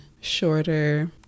shorter